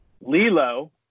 Lilo